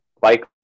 bike